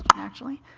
actually.